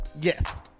yes